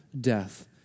death